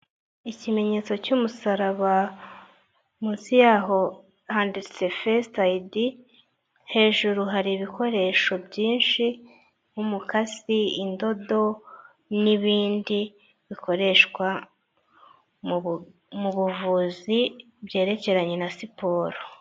Ikimenyetso cy'umusaraba, munsi yaho handitse fesite ayidi, hejuru hari ibikoresho byinshi: nk'umukasi, indodo, n'ibindi bikoreshwa mu buvuzi, byerekeranye na siporo.